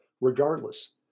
Regardless